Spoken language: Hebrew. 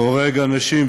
הורג אנשים,